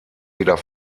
weder